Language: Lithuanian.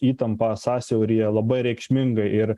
įtampa sąsiauryje labai reikšminga ir